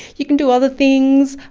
you can do other things.